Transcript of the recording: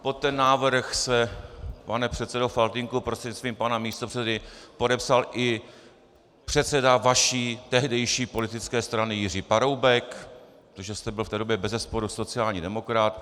Pod ten návrh se pane předsedo Faltýnku prostřednictvím pana místopředsedy podepsal i předseda vaší tehdejší politické strany pan Jiří Paroubek, protože jste byl v té době bezesporu sociální demokrat.